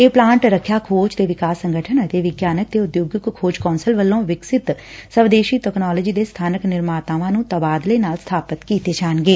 ਇਹ ਪਲਾਂਟ ਰੱਖਿਆ ਖੋਜ ਤੇ ਵਿਕਾਸ ਸੰਗਠਨ ਅਤੇ ਵਿਗਿਆਨਕ ਤੇ ਉਦਯੋਗਿਕ ਖੋਜ ਕੌਂਸਲ ਵੱਲੋਂ ਵਿਕਸਿਤ ਸਵੈਦੇਸ਼ੀ ਤਕਨਾਲੋਜੀ ਦੇ ਸਬਾਨਕ ਨਿਰਮਾਤਾਵਾਂ ਨੂੰ ਤਬਾਦਲੇ ਨਾਲ ਸਬਾਪਤ ਕੀਤੇ ਜਾਣਗੇ